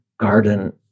garden